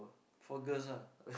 for girls ah